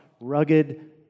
rugged